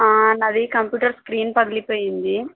నాది computer screen పగిలిపోయింది